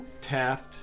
Taft